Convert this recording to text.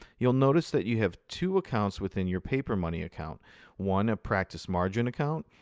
you'll notice that you have two accounts within your papermoney account one, a practice margin account,